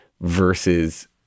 versus